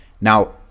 now